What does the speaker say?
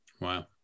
Wow